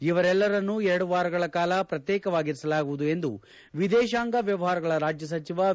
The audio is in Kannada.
ಇವರೆಲ್ಲರನ್ನೂ ಎರಡು ವಾರಗಳ ಕಾಲ ಪ್ರತ್ತೇಕವಾಗಿರಿಸಲಾಗುವುದು ಎಂದು ವಿದೇಶಾಂಗ ವ್ಯವಹಾರಗಳ ರಾಜ್ಯ ಸಚಿವ ವಿ